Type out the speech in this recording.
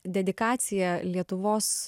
dedikacija lietuvos